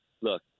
look